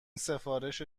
سفارش